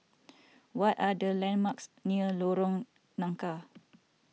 what are the landmarks near Lorong Nangka